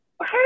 Hey